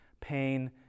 pain